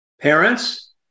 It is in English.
parents